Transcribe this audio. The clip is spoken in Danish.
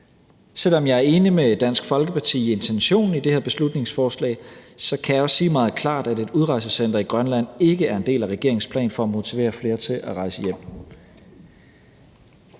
Selv om jeg er enig med Dansk Folkeparti i intentionen med dette beslutningsforslag, kan jeg også sige meget klart, at et udrejsecenter i Grønland ikke er en del af regeringens plan for at motivere flere til at rejse hjem.